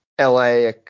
LA